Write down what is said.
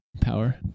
Power